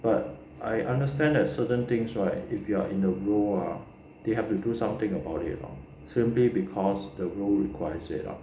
but I understand that certain things right if you are in the role ah they have to do something about it lor simply because the role requires it lah